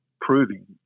proving